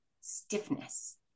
stiffness